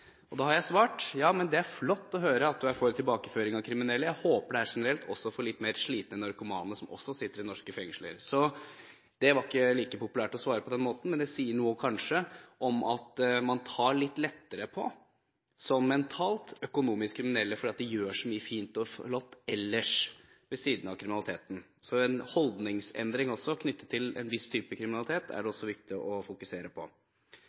Da har jeg svart at det er flott å høre at hun er for tilbakeføring av kriminelle, og jeg håper det er generelt – også for litt mer slitne narkomane som også sitter i norske fengsler. Det er ikke populært å svare på den måten. Det sier kanskje noe om at man tar litt lettere på, mentalt sett, økonomisk kriminelle, fordi de gjør så mye fint og flott ellers, ved siden av kriminaliteten. Så en holdningsendring knyttet til en viss type kriminalitet er også viktig å fokusere på.